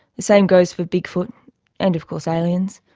the same goes for bigfoot and of course aliens.